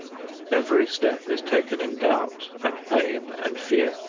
every step is taken in doubt and pain and fear.